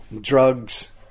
drugs